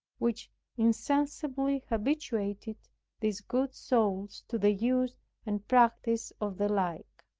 which insensibly habituated these good souls to the use and practice of the like.